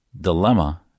dilemma